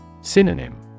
Synonym